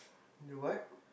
the what